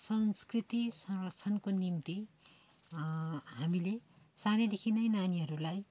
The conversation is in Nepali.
संस्कृति संरक्षणको निम्ति हामीले सानैदेखि नै नानीहरूलाई